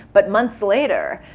but months later.